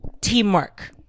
Teamwork